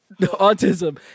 autism